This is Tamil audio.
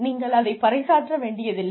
நீங்கள் அதை பறைசாற்ற வேண்டியதில்லை